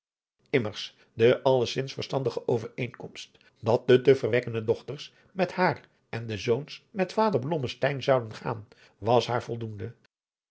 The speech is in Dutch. immmers de allezins verstandige overeenkomst dat de te verwekkene dochters met adriaan loosjes pzn het leven van johannes wouter blommesteyn haar en de zoons met vader blommesteyn zouden gaan was haar voldoende